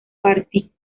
particular